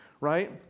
right